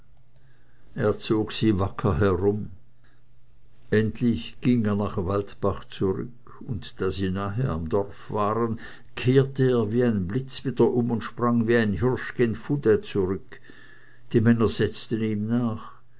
er zog sie wacker herum endlich ging er nach waldbach zurück und da sie nahe am dorfe waren kehrte er wie ein blitz wieder um und sprang wie ein hirsch gen fouday zurück die männer setzten ihm nach